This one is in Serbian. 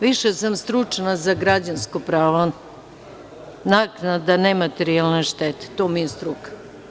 Više sam stručna za građansko pravo, naknada nematerijalne štete, to mi je struka.